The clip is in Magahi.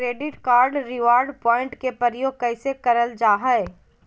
क्रैडिट कार्ड रिवॉर्ड प्वाइंट के प्रयोग कैसे करल जा है?